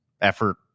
effort